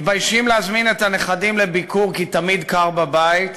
מתביישים להזמין את הנכדים לביקור כי תמיד קר בבית,